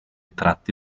tratti